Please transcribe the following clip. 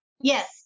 Yes